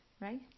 Right